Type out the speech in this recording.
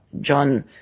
John